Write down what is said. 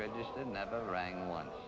register never rang on